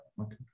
Okay